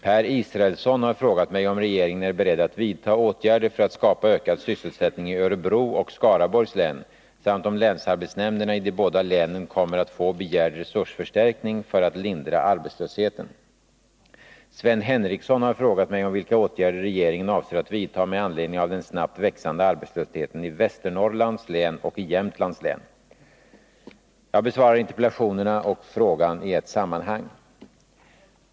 Per Israelsson har frågat mig om regeringen är beredd att vidta åtgärder för att skapa ökad sysselsättning i Örebro län och Skaraborgs län samt om länsarbetsnämnderna i de båda länen kommer att få begärd resursförstärkning för att lindra arbetslösheten. Sven Henricsson har frågat mig om vilka åtgärder regeringen avser att vidta med anledning av den snabbt växande arbetslösheten i Västernorrlands län och i Jämtlands län. Jag besvarar interpellationerna och frågan i ett sammanhang.